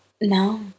No